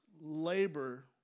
labor